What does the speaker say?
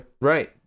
Right